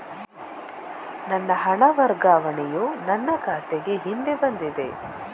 ನನ್ನ ಹಣ ವರ್ಗಾವಣೆಯು ನನ್ನ ಖಾತೆಗೆ ಹಿಂದೆ ಬಂದಿದೆ